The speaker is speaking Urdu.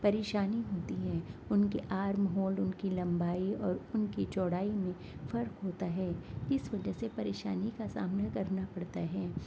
پریشانی ہوتی ہے ان کے آرم ہولڈ ان کی لمبائی اور ان کی چوڑائی میں فرق ہوتا ہے اس وجہ سے پریشانی کا سامنا کرنا پڑتا ہے